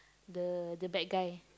the the bad guy